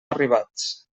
arribats